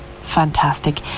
fantastic